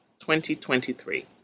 2023